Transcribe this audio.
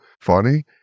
funny